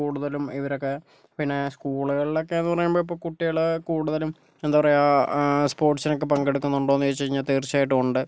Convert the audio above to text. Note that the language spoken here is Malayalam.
കൂടുതലും ഇവരൊക്കെ പിന്നെ സ്കൂളുകളിലൊക്കെ എന്ന് പറയുമ്പോൾ ഇപ്പോൾ കുട്ടികള് കൂടുതലും എന്താ പറയുക സ്പോർട്സിനൊക്കെ പങ്കെടുക്കുന്നുണ്ടോ എന്ന് ചോദിച്ചു കഴിഞ്ഞാൽ തീർച്ചയായിട്ടും ഉണ്ട്